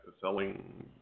selling